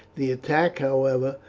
the attack, however,